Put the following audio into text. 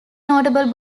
notable